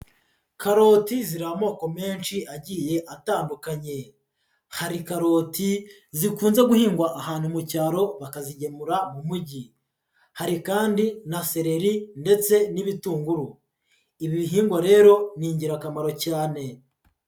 Karoti ziri amoko menshi agiye atandukanye, hari karoti zikunze guhingwa ahantu mu cyaro bakazigemura mu mujyi, hari kandi na sereri ndetse n'ibitunguru. Ibi bihingwa rero, ni ingirakamaro cyane.